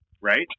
right